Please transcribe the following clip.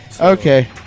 okay